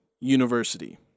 University